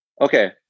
Okay